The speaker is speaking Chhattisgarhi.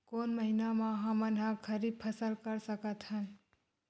कोन महिना म हमन ह खरीफ फसल कर सकत हन?